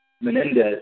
Menendez